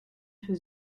für